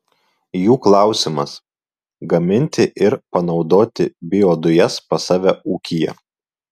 jų klausimas gaminti ir panaudoti biodujas pas save ūkyje